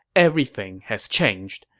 everything has changed.